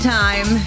time